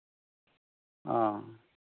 ᱚ